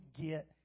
get